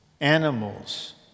animals